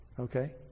Okay